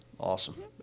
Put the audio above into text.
Awesome